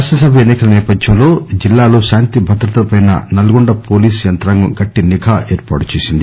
శాసన సభ ఎన్ని కల నేపథ్యం లో జిల్లాలో శాంతి భద్రతల పై నల్గొండ పోలీసు యంత్రాంగం గట్టి నిఘా ఏర్పాటు చేసింది